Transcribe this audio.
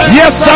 yes